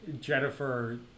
Jennifer